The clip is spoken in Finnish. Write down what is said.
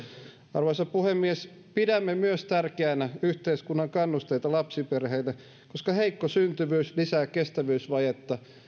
arvoisa puhemies pidämme myös tärkeänä yhteiskunnan kannusteita lapsiperheille koska heikko syntyvyys lisää kestävyysvajetta